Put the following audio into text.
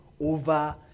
over